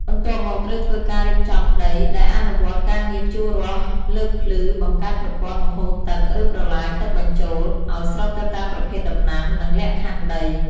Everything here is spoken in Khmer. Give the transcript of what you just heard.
បន្ទាប់មកត្រូវធ្វើការរៀបចំដី ដោយអនុវត្តការងារភ្ជួររាស់ លើកភ្លឺ បង្កើតប្រព័ន្ធបង្ហូរទឹក ឬប្រឡាយទឹកបញ្ចូល ឱ្យស្របទៅតាមប្រភេទដំណាំ និងលក្ខខណ្ឌដី។